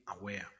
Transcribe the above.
aware